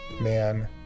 man